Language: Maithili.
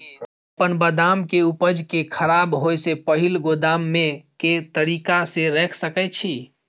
हम अपन बदाम के उपज के खराब होय से पहिल गोदाम में के तरीका से रैख सके छी?